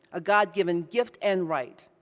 a god-given gift and right.